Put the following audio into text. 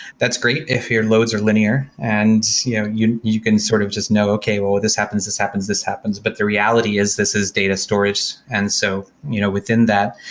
that's great if your loads are linear and yeah you you can sort of just know, okay. well, ah this happens, this happens, this happens, but the reality is this is data storage. and so you know within that,